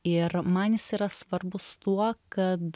ir man jis yra svarbus tuo kad